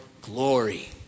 glory